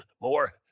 more